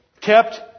kept